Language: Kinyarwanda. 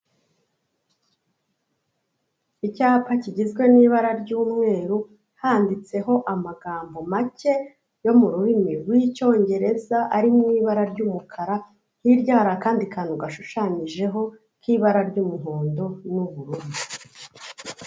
Icyapa kigizwe n'ibara ry'umweru handitseho amagambo make yo mu rurimi rw'icyongereza, ari mu ibara ry'umukara, hiruya hari akandi kantu gashushanyijeho k'ibara ry'umuhondo n'ubururu.